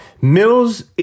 Mills